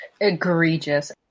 egregious